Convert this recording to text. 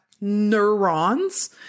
neurons